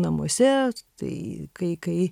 namuose tai kai kai